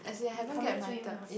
coming three months